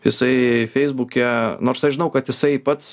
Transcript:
jisai feisbuke nors aš žinau kad jisai pats